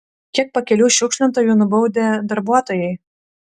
kiek pakelių šiukšlintojų nubaudė darbuotojai